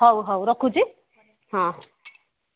ହଉ ହଉ ରଖୁଛି ହଁ